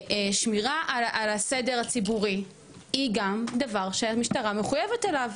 שמירה על הסדר הציבורי היא גם דבר שהמשטרה מחויבת אליו.